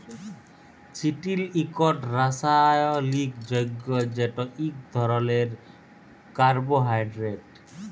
চিটিল ইকট রাসায়লিক যগ্য যেট ইক ধরলের কার্বোহাইড্রেট